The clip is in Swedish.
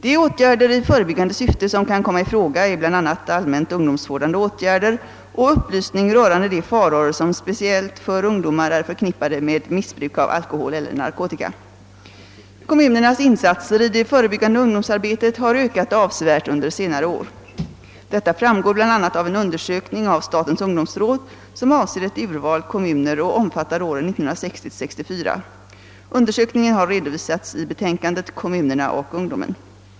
De åtgärder i förebyggande syfte som kan komma i fråga är bl.a. allmänt ungdomsvårdande åtgärder och upplysning rörande de faror som speciellt för ungdomar är förknippade med missbruk av alkohol eller narkotika. byggande ungdomsarbetet har ökat avsevärt under senare år. Detta framgår bl.a. av en undersökning av statens ungdomsråd som avser ett urval kommuner och omfattar åren 1960-—1964. Undersökningen har redovisats i betänkandet Kommunerna och ungdomen.